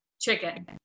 Chicken